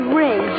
ring